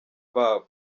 babo